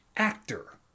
actor